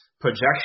projection